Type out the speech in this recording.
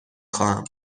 خواهم